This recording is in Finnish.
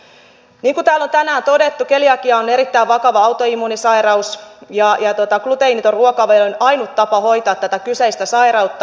niin kuin täällä on tänään todettu keliakia on erittäin vakava autoimmuunisairaus ja gluteeniton ruokavalio on ainut tapa hoitaa tätä kyseistä sairautta